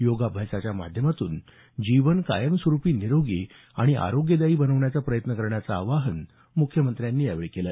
योगाभ्यासाच्या माध्यमातून जीवन कायमस्वरुपी निरोगी आणि आरोग्यदायी बनवण्याचा प्रयत्न करण्याचं आवाहन मुख्यमंत्र्यांनी यावेळी केलं